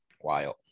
Wild